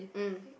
mm